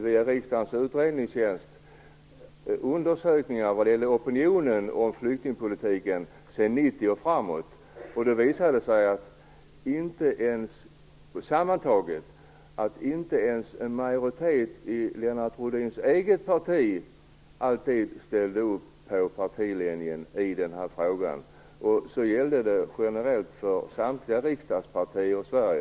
Via riksdagens utredningstjänst beställde jag i somras undersökningar om opinionen om flyktingpolitiken sedan 1990 och framåt. Det visade sig att inte ens en majoritet i Lennart Rohdins eget parti alltid ställde upp på partiledningen i denna fråga. Detta gällde även generellt för samtliga riksdagspartier i Sverige.